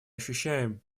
ощущаем